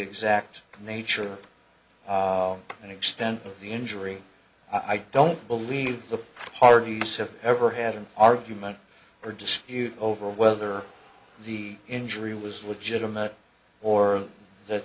exact nature and extent of the injury i don't believe the parties have ever had an argument or dispute over whether the injury was legitimate or